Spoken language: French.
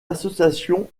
association